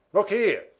look here!